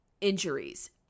injuries